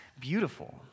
beautiful